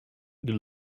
you